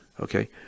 Okay